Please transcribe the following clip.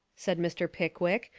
said mr. pickwick,